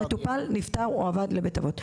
המטופל נפטר או עבר לבית אבות.